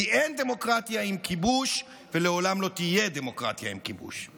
כי אין דמוקרטיה עם כיבוש ולעולם לא תהיה דמוקרטיה עם כיבוש.